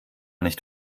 nicht